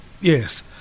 Yes